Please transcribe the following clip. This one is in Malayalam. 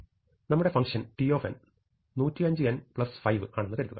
നമ്മുടെ ഫങ്ഷൻ t 100n5 ആണെന്ന് കരുതുക